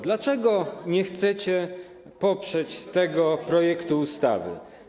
Dlaczego nie chcecie poprzeć tego projektu ustawy?